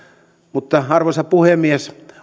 mutta arvoisa puhemies